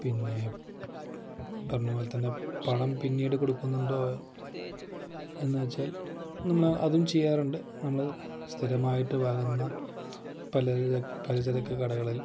പിന്നെ ഈ പറഞ്ഞതു പോലെ തന്നെ പണം പിന്നീട് കൊടുക്കുന്നുണ്ടോ എന്നു വച്ചാൽ നമ്മൾ അതും ചെയ്യാറുണ്ട് നമ്മൾ സ്ഥിരമായിട്ട് വാങ്ങുന്ന പലചര പലചരക്ക് കടകളിൽ